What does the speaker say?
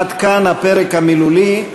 עד כאן הפרק המילולי.